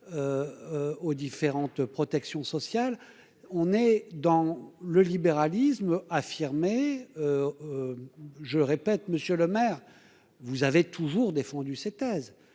aux différentes protections sociales, on est dans le libéralisme affirmé, je répète, monsieur Lemaire, vous avez toujours défendu cette thèse,